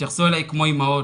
התייחסו אלי כמו אימהות,